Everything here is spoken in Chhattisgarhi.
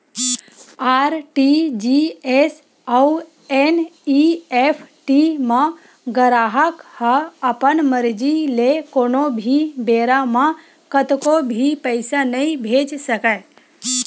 आर.टी.जी.एस अउ एन.इ.एफ.टी म गराहक ह अपन मरजी ले कोनो भी बेरा म कतको भी पइसा नइ भेज सकय